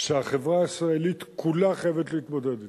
שהחברה הישראלית כולה חייבת להתמודד אתם.